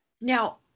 Now